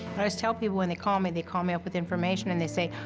tell people, when they call me, they call me up with information and they say,